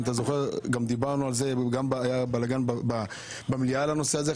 אם אתה זוכר היה בלאגן במליאה על הנושא הזה.